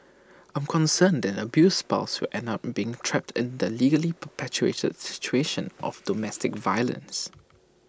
I'm concerned that the abused spouse will end up being trapped in the legally perpetuated situation of domestic violence